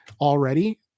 already